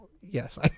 Yes